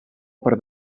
per